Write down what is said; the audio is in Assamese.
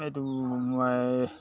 এইটো মই